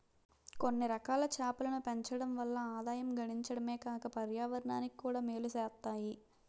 కొన్నిరకాల చేపలను పెంచడం వల్ల ఆదాయం గడించడమే కాక పర్యావరణానికి కూడా మేలు సేత్తాయి